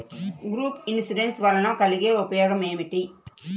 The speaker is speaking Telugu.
గ్రూప్ ఇన్సూరెన్స్ వలన కలిగే ఉపయోగమేమిటీ?